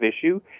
issue